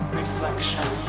Reflection